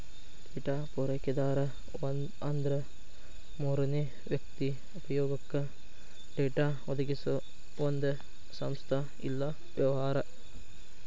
data ಪೂರೈಕೆದಾರ ಅಂದ್ರ ಮೂರನೇ ವ್ಯಕ್ತಿ ಉಪಯೊಗಕ್ಕ ಡೇಟಾ ಒದಗಿಸೊ ಒಂದ್ ಸಂಸ್ಥಾ ಇಲ್ಲಾ ವ್ಯವಹಾರ